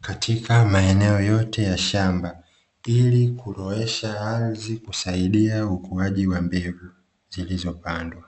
katika maeneo yote ya shamba, ili kulowesha ardhi kusaidia ukuaji wa mbegu zilizopandwa.